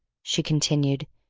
she continued,